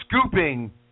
scooping